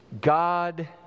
God